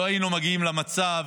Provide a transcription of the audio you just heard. לא היינו מגיעים למצב